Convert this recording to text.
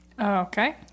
Okay